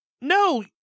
No